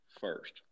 first